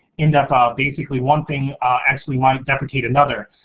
end up ah basically, one thing actually might deprecate another.